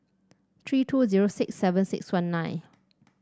three two zero six seven six one nine